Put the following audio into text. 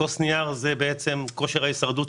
כוס נייר היא הכלי שלה על מנת לשרוד.